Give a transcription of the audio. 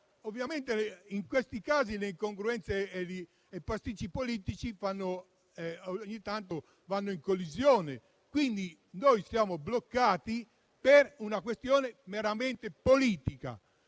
però in questi casi le incongruenze e i pasticci politici ogni tanto vanno in collisione, quindi noi stiamo bloccati per una questione meramente politica